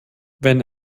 wenn